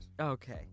Okay